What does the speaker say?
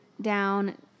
down